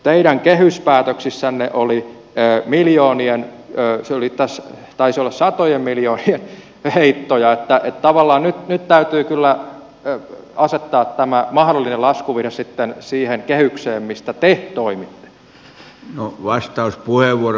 teidän kehyspäätöksissänne oli miljoonien taisi olla satojen miljoonien heittoja niin että tavallaan nyt täytyy kyllä asettaa tämä mahdollinen laskuvirhe sitten siihen kehykseen mistä te toimitte